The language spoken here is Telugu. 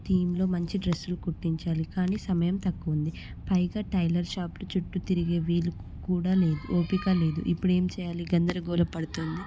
థీంలో మంచి డ్రెస్లు కుట్టించాలి కానీ సమయం తక్కువగా ఉంది పైగా టైలర్ షాప్ చుట్టూ తిరిగే వీలు కూడా లేదు ఓపిక లేదు ఇప్పుడేం చేయాలి గందరగోళ పడుతోంది